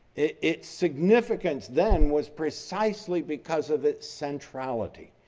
it its significance then was precisely because of its centrality.